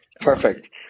Perfect